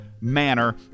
manner